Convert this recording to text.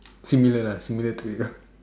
similar lah similar to it lah